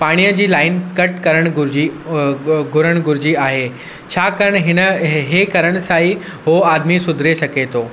पाणीअ जी line cut करण घुरिजी घुरणु घुरजी आहे छाकाणि हिन इहे करण सां ई उहो आदमी सुधरे सघे थो